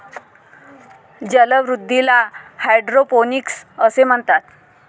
जलवृद्धीला हायड्रोपोनिक्स असे म्हणतात